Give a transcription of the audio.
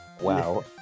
Wow